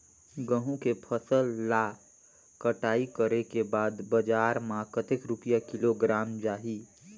गंहू के फसल ला कटाई करे के बाद बजार मा कतेक रुपिया किलोग्राम जाही?